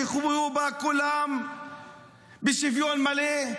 שיחיו בה כולם בשוויון מלא.